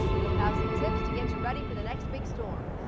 we'll have some tips to get you ready for the next big storm.